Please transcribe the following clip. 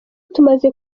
tumaze